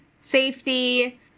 safety